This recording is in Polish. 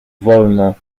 wolno